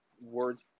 words